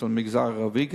גם במגזר הערבי.